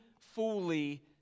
fully